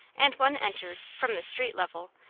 and one entered, from the street level,